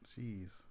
Jeez